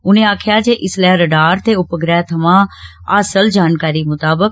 उनें आक्खेआ जे इस्सलै रडार ते उपग्रह थमां हासल जानकारी मुताबक